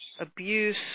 abuse